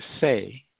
say